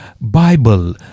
Bible